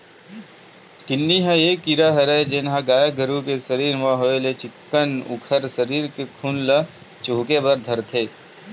किन्नी ह ये कीरा हरय जेनहा गाय गरु के सरीर म होय ले चिक्कन उखर सरीर के खून ल चुहके बर धरथे